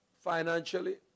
financially